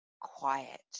quiet